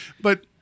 But-